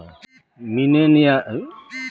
millennial মানুষ গুলোর ব্যাবসা হয়